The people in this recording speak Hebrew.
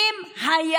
שאם היו